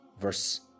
Verse